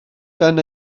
gan